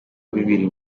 bibiri